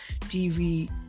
tv